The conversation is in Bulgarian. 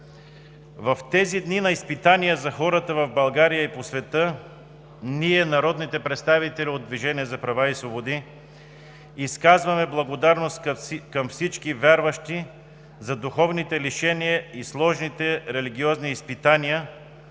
В тези дни на изпитания за хората в България и по света ние, народните представители от „Движението за права и свободи“, изказваме благодарност към всички вярващи за духовните лишения и сложните религиозни изпитания,